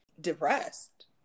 depressed